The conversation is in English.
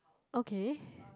okay